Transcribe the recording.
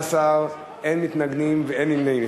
11, אין מתנגדים ואין נמנעים.